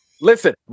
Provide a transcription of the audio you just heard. Listen